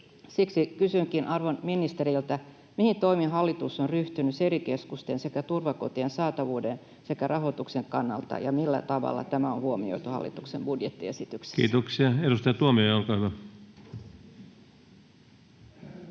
Siksi kysynkin arvon ministeriltä: mihin toimiin hallitus on ryhtynyt Seri-keskusten sekä turvakotien saatavuuden ja rahoituksen kannalta, ja millä tavalla tämä on huomioitu hallituksen budjettiesityksessä? [Speech 184] Speaker: